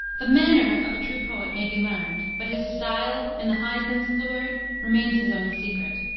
the manner of a true poet may be learned, but his style, in the high sense of the word, remains his own secret.